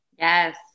Yes